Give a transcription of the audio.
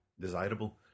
desirable